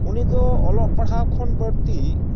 ᱩᱱᱤᱫᱚ ᱚᱞᱚᱜ ᱯᱟᱲᱦᱟᱣ ᱠᱷᱚᱱ ᱵᱟᱹᱲᱛᱤ